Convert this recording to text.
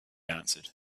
answered